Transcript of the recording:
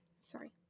Sorry